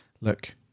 look